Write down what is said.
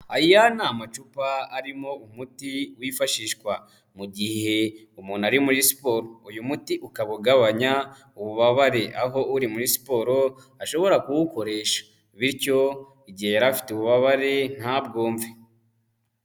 Aya ni amacupa arimo umuti wifashishwa mu gihe umuntu ari muri siporo, uyu muti ukabagabanya ububabare aho uri muri siporo ashobora kuwukoresha bityo igihe yari afite ububabare nta bwumve.